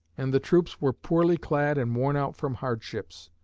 and the troops were poorly clad and worn out from hardships.